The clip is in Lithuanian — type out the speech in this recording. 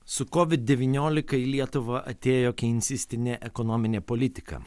su covid devyniolika į lietuvą atėjo keinsistinė ekonominė politika